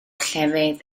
llefydd